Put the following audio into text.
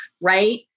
right